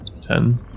Ten